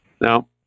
Now